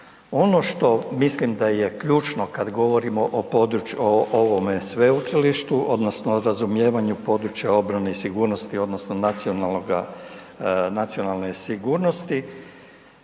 Ono što mislim da je ključno kad govorimo o ovome sveučilištu odnosno o razumijevanju područja obrane i sigurnosti odnosno nacionalne sigurnosti